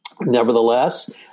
Nevertheless